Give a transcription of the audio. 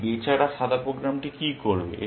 এই বেচারা সাদা প্রোগ্রামটি কি করবে